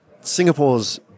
Singapore's